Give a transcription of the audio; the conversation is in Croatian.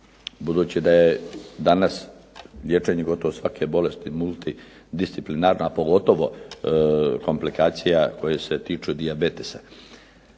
budući da je danas liječenje svake bolesti multidisciplinarna a pogotovo komplikacija koje se tiču dijabetesa.